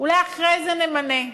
אולי אחרי זה נמנה.